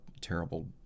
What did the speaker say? terrible